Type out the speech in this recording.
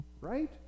Right